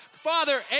Father